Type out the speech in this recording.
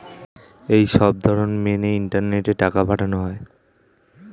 এই সবধরণ মেনে ইন্টারনেটে টাকা পাঠানো হয়